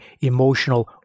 Emotional